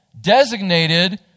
designated